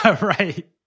Right